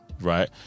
right